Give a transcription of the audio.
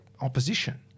opposition